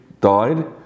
died